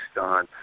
on